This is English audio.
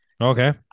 Okay